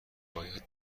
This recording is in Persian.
باید